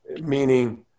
Meaning